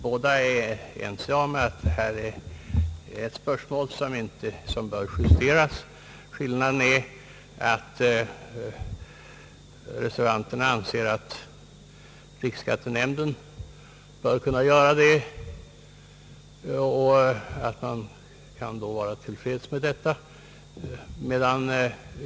Båda är ense om att detta är ett spörsmål som bör justeras. Skillnaden i uppfattningarna är att reservanterna anser att riksskattenämnden bör göra justeringarna och att det kan vara tillräckligt med det.